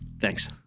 Thanks